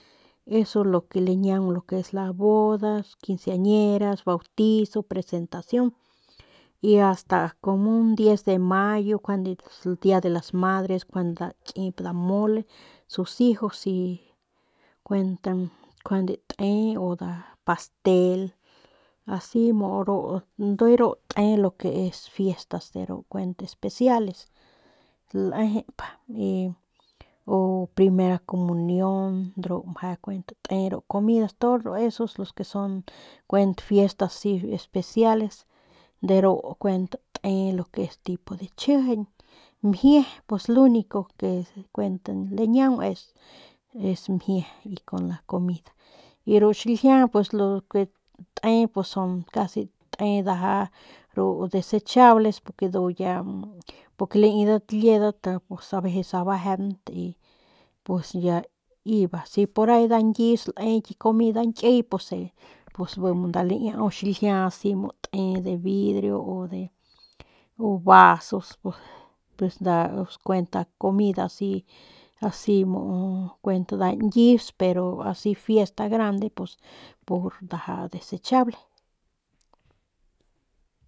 Eso es lo que lañiaung de la boda, quinceanera, bautizo, presentacion y asta como un diez de mayo njuande dia de las madres njuande nda nkip nda mole sus hijos si kuent si njuande te o nda pastel asi mu de ru te lo que es fiestas kuent ru especiales lejep y o primera comunion de ru meje kuent te ru comidas todo esos los que son kuent fiestas asi espesiales de ru kuent te de ru que es tipo de chjijiñ mjie pues lo unico que kuent lañiaun es mjie y con la comida y ru xiljia de lo que te te casi ndaja de ru desechables ndu ya porque laidat liedat pues aveces abejent pues ya iba si porahi ñkius lae ki comida ki ñkiy pue bi si nda laiaau xiljia asi mu te de vidrio u de u vasos bi pues kuent es nda comida asi asi mu u kuent nda ñkius pero asi fiesta grande pus pur ndaja desechable.